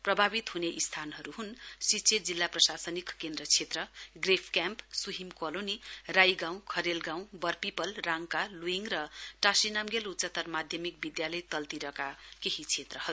प्रभावित हुने यी स्थानहरू हुन् सिच्छे जिल्ला प्रशासनिक केन्द्र क्षेत्रका प्रेफ क्याम्प सुहिम कोलोनी राई गाउँ खरेल गाउँ वरपीपल राङ्का लुइङ र टाशी नामगेल उच्चत्तर माध्यमिक विद्यालय तल्तिरका केही क्षेत्रहरू